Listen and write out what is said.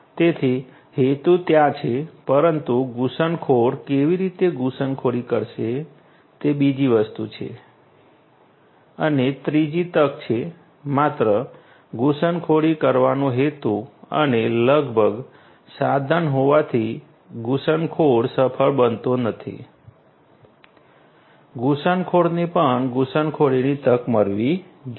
તેથી હેતુ ત્યાં છે પરંતુ પછી ઘુસણખોર કેવી રીતે ઘૂસણખોરી કરશે તે બીજી વસ્તુ છે અને ત્રીજી તક છે માત્ર ઘુસણખોરી કરવાનો હેતુ અને લગભગ સાધન હોવાથી ઘુસણખોર સફળ બનતો નથી ઘુસણખોરને પણ ઘૂસણખોરીની તક મળવી જોઈએ